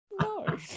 no